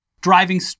driving